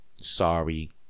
Sorry